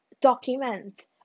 document